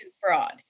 fraud